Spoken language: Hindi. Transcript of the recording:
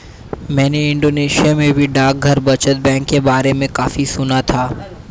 मैंने इंडोनेशिया में भी डाकघर बचत बैंक के बारे में काफी सुना था